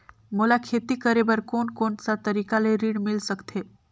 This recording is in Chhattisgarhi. मोला खेती करे बर कोन कोन सा तरीका ले ऋण मिल सकथे?